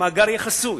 המאגר יהיה חסוי.